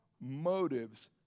motives